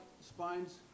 spines